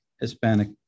Hispanic